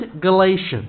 Galatians